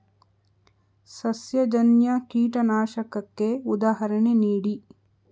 ಸಸ್ಯಜನ್ಯ ಕೀಟನಾಶಕಕ್ಕೆ ಉದಾಹರಣೆ ನೀಡಿ?